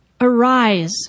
Arise